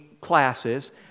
classes